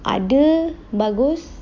ada bagus